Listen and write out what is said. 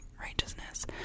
righteousness